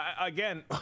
Again